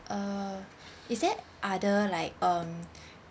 uh is there other like um